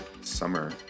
summer